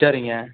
சரிங்க